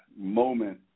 moment